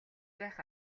байх